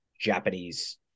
Japanese